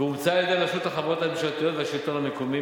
ההוראה אומצה על-ידי רשות החברות הממשלתיות והשלטון המקומי,